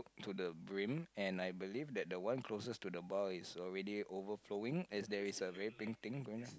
to the brim and I believe that the one closest to the bar is already overflowing as there is a very pink thing going out